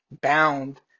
bound